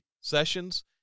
sessions